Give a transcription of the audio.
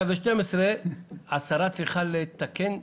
סעיף 112 השר צריך לתקן,